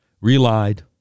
relied